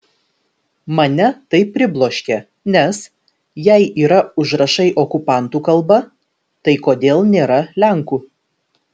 mane tai pribloškė nes jei yra užrašai okupantų kalba tai kodėl nėra lenkų